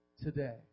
today